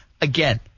again